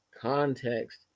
context